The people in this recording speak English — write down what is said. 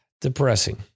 Depressing